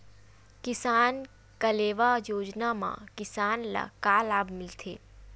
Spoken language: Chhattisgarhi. किसान कलेवा योजना म किसान ल का लाभ मिलथे?